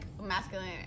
masculine